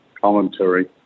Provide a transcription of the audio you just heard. commentary